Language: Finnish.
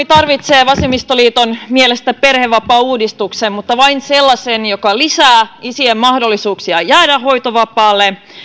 tarvitsee vasemmistoliiton mielestä perhevapaauudistuksen mutta vain sellaisen joka lisää isien mahdollisuuksia jäädä hoitovapaalle